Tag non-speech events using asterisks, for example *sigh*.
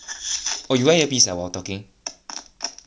*noise* oh you wear ear piece ah while talking